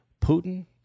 Putin